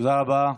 תודה רבה.